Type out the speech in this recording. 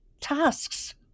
tasks